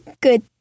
good